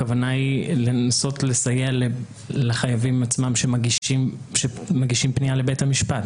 הכוונה היא לנסות לסייע לחייבים עצמם שמגישים פנייה לבית המשפט?